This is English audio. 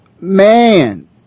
man